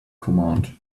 command